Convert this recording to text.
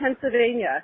Pennsylvania